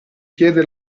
piede